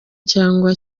cyangwa